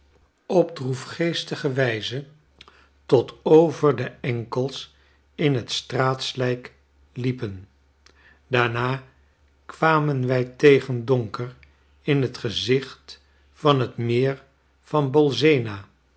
op droefgeestige wijze tot over de enkels in het straatslijk liepen daarna kwamen wij tegen donker in het gezicht van het meer van